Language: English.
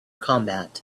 combat